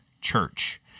church